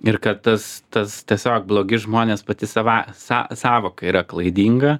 ir kad tas tas tiesiog blogi žmonės pati sava sa sąvoka yra klaidinga